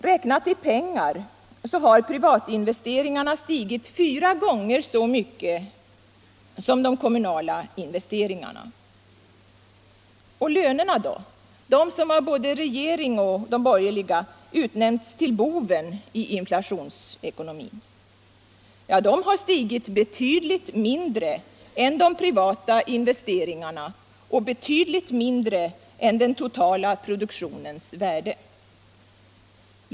Räknat i pengar har privatinvesteringarna stigit fyra gånger så mycket som de kommunala investeringarna. Och lönerna då, som av både regering och borgerliga utnämnts till boven i inflationsekonomin? De har stigit betydligt mindre än de privata investeringarna och betydligt mindre än den totala produktionens värde.